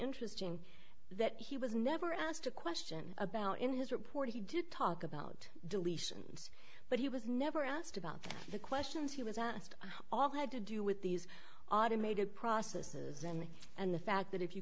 interesting that he was never asked a question about in his report he did talk about deletions but he was never asked about the questions he was asked all had to do with these automated processes and and the fact that if you